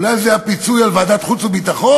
אולי זה פיצוי על ועדת החוץ והביטחון.